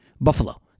Buffalo